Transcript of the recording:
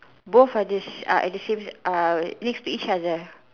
both are the sa~ uh at the same uh next to each other